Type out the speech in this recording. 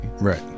right